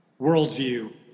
worldview